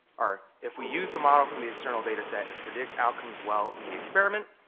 or if we use the model from the external data set and predict outcomes well in the experiment,